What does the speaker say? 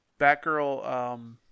Batgirl